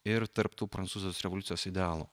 ir tarp tų prancūzijos revoliucijos idealų